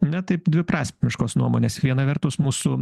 ne taip dviprasmiškos nuomonės viena vertus mūsų